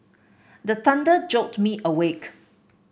the thunder jolt me awake